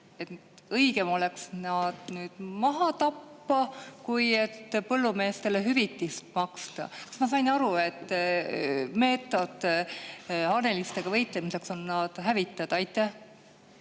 õigem oleks nad nüüd maha tappa kui põllumeestele hüvitist maksta? Kas ma sain [õigesti] aru, et meetod hanelistega võitlemiseks on nad hävitada? Aitäh,